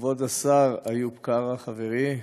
כבוד השר איוב קרא חברי,